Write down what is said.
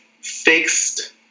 fixed